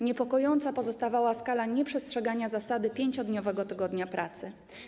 Niepokojąca pozostawała skala nieprzestrzegania zasady 5-dniowego tygodnia pracy.